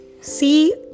see